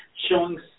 showing